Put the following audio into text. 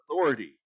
authority